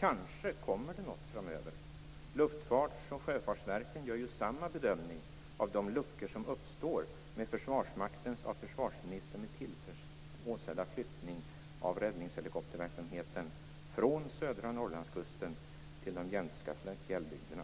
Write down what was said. Kanske kommer det något framöver; Luftfarts och Sjöfartsverken gör ju samma bedömning av de luckor som uppstår med Försvarsmaktens av försvarsministern med tillförsikt åsedda flyttning av räddningshelikopterverksamheten från södra Norrlandskusten till de jämtska fjällbygderna.